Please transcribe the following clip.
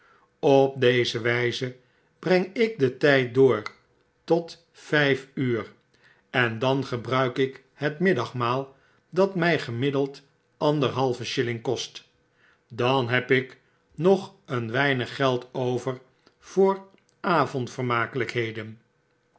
vuur heb opdezewijze breng ik den tyd door tot vjjf uur en dan gebruik ik het middagmaal dat mij gemiddeld anderhalve shilling kost dan heb ik nog een weinig geld over voor avondvermakelpheden